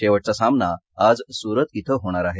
शेवटचा सामना आज सूरत इथं होणार आहे